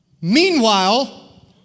Meanwhile